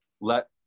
let